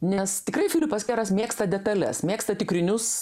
nes tikrai filipas keras mėgsta detales mėgsta tikrinius